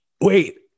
wait